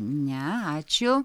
ne ačiū